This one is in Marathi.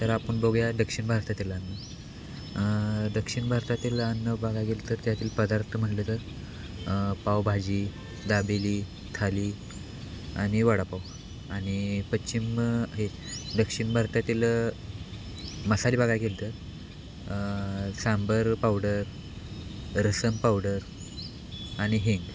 तर आपण बघूया दक्षिण भारतातील अन्न दक्षिण भारतातील अन्न बघाय गेलं तर त्यातील पदार्थ म्हटलं तर पावभाजी दाबेली थाली आणि वडापाव आणि पश्चिम हे दक्षिण भारतातील मसाले बघाय गेलं तर सांबर पावडर रस्सम पावडर आणि हिंग